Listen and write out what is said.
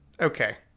Okay